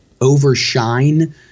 overshine